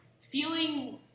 feeling